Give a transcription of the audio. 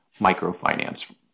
microfinance